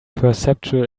perceptual